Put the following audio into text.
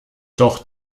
doch